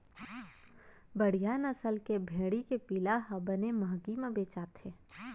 बड़िहा नसल के भेड़ी के पिला ह बने महंगी म बेचाथे